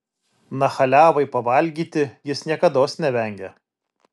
nachaliavai pavalgyti jis niekados nevengia